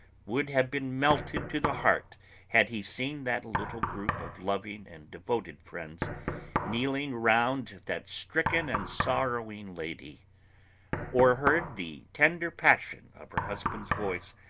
would have been melted to the heart had he seen that little group of loving and devoted friends kneeling round that stricken and sorrowing lady or heard the tender passion of her husband's voice,